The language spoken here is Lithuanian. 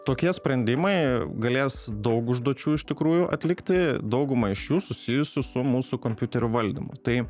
tokie sprendimai galės daug užduočių iš tikrųjų atlikti daugumą iš jų susijusių su mūsų kompiuterio valdymu tai